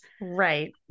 right